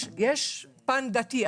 יש פן דתי.